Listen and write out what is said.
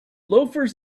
loafers